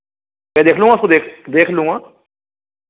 मैं देख लूँगा उसको देख देख लूँगा